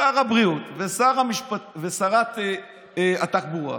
שר הבריאות ושרת התחבורה